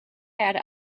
had